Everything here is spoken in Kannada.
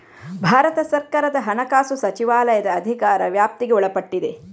ಭಾರತ ಸರ್ಕಾರದ ಹಣಕಾಸು ಸಚಿವಾಲಯದ ಅಧಿಕಾರ ವ್ಯಾಪ್ತಿಗೆ ಒಳಪಟ್ಟಿದೆ